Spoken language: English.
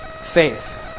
Faith